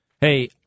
Hey